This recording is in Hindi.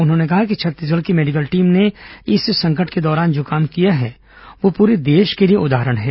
उन्होंने कहा कि छत्तीसगढ़ की मेडिकल टीम ने इस संकट के दौरान जो काम किया है वह प्रे देश के लिए उदाहरण है